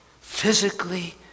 physically